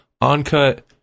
on-cut